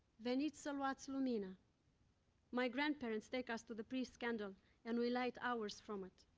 veniti sa luati lumina my grandparents take us to the priest's candle and we light ours from it.